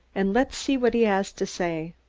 and let's see what he has to say.